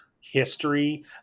history